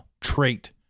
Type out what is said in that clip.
trait